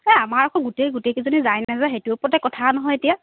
এই আমাৰ আকৌ গোটেই গোটেইজনী যায় নে নাযায় সেইটো ওপৰতে কথা নহয় এতিয়া